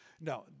No